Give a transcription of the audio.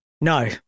No